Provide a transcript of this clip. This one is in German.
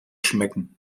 schmecken